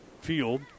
field